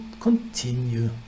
continue